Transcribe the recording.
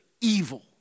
evil